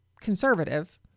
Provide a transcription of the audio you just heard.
conservative